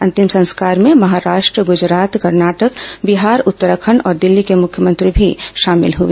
अंतिम संस्कार में महाराष्ट्र गुजरात कर्नाटक बिहार उत्तराखंड और दिल्ली के मुख्यमंत्री भी शामिल हुए